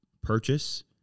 purchase